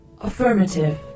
Affirmative